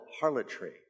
harlotry